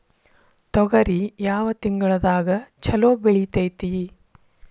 ತೊಗರಿ ಯಾವ ತಿಂಗಳದಾಗ ಛಲೋ ಬೆಳಿತೈತಿ?